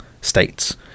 states